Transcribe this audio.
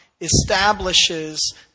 establishes